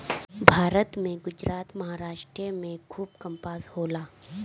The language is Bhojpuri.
भारत में गुजरात, महाराष्ट्र में खूबे कपास होला